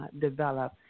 develop